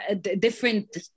different